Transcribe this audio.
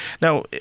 Now